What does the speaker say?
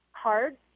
hard